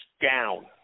down